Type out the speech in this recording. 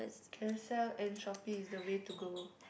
Carousell and Shoppee is the way to go